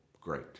great